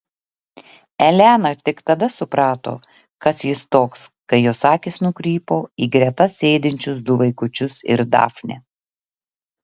elena tik tada suprato kas jis toks kai jos akys nukrypo į greta sėdinčius du vaikučius ir dafnę